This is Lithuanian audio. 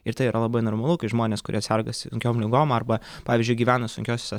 ir tai yra labai normalu kai žmonės kurie serga sunkiom ligom arba pavyzdžiui gyvena sunkiose